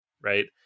right